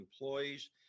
employees